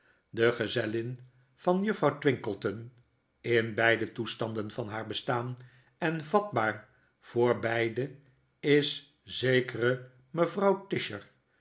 de gezellin van juffrouw twinkleton in beide toestanden van haar bestaan en vatbaar voor beide is zekere mevrouw